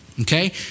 Okay